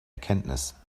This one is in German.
erkenntnis